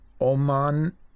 Oman